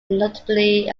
notably